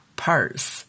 purse